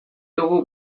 dugu